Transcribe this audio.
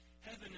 heaven